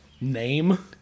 name